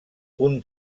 punt